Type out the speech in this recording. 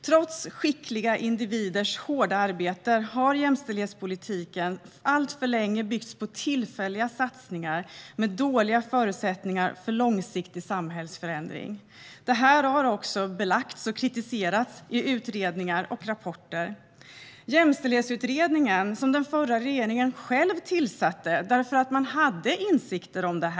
Trots skickliga individers hårda arbete har jämställdhetspolitiken alltför länge byggts på tillfälliga satsningar med dåliga förutsättningar för långsiktig samhällsförändring. Detta har också belagts och kritiserats i utredningar och rapporter. Jämställdhetsutredningen tillsattes av den förra regeringen, eftersom man hade insikter om detta.